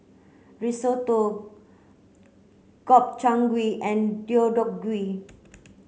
Risotto Gobchang Gui and Deodeok Gui